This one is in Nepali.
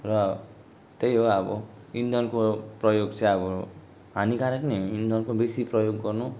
र त्यही हो अब इन्धनको प्रयोग चाहिँ अब हानिकारक नै हो इन्धनको बेसी प्रयोग गर्नु